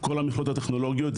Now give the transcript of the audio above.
כל המכללות הטכנולוגיות,